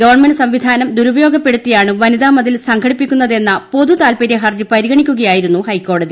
government സംവിധാനം ദുരുപയോഗപ്പെടുത്തിയാണ് വനിതാ മതിൽ സംഘടിപ്പിക്കുന്നതെന്ന പൊതു താൽപര്യ ഹർജി പരിഗണിക്കുകയായിരുന്നു ഹൈക്കോടതി